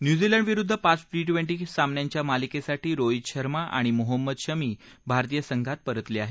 न्यूझीलंडविरुद्ध पाच T twenty सामन्यांच्या मालिकेसाठी रोहित शर्मा आणि मोहम्मद शमी भारतीय संघात परतले आहेत